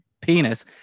penis